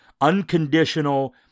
unconditional